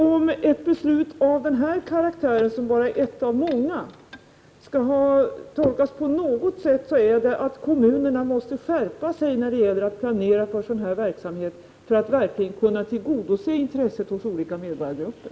Om ett beslut av den här karaktären, som bara är ett av många, skall tolkas på något sätt så är det att kommunerna måste skärpa sig när det gäller att planera för den här sortens verksamhet, så att man verkligen kan tillgodose intresset hos olika medborgargrupper.